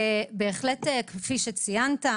בהחלט כפי שציינת,